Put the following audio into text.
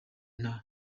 nta